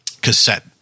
cassette